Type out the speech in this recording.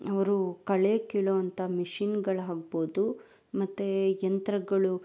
ಅವರು ಕಳೆ ಕೀಳೋಂಥ ಮೆಷಿನ್ಗಳು ಆಗ್ಬೋದು ಮತ್ತು ಯಂತ್ರಗಳು